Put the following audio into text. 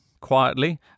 quietly